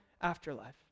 afterlife